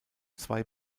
zwei